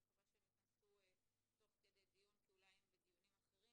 אני מקווה שהם ייכנסו תוך כדי דיון כי אולי הם בדיונים אחרים,